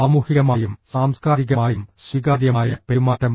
സാമൂഹികമായും സാംസ്കാരികമായും സ്വീകാര്യമായ പെരുമാറ്റം